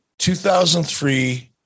2003